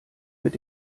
mit